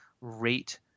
rate –